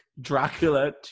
Dracula